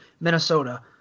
Minnesota